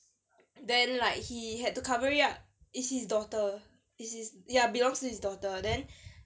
then like he had to cover it up it's his daughter it's his ya belongs to his daughter then